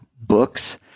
books